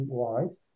wise